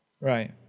Right